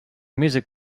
music